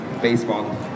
Baseball